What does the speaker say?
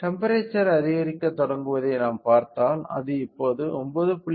temperature அதிகரிக்கத் தொடங்குவதை நாம் பார்த்தால் அது இப்போது 9